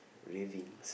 ravings